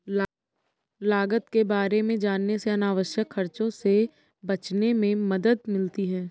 लागत के बारे में जानने से अनावश्यक खर्चों से बचने में मदद मिलती है